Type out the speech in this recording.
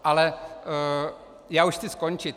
Ale já už chci skončit.